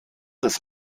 des